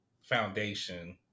foundation